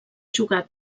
jugat